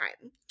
time